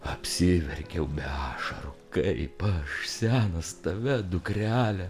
apsiverkiau be ašarų kaip aš senas tave dukrelę